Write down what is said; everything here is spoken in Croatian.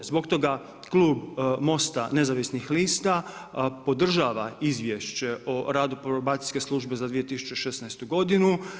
Zbog toga Klub Mosta nezavisnih lista podržava izvješće o radu probacijske službe za 2016. godinu.